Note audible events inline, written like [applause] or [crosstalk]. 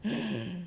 [noise]